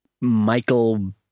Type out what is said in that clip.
Michael